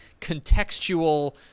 contextual